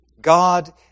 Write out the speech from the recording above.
God